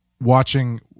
watching